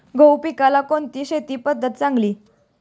गहू पिकाला कोणती शेती पद्धत चांगली?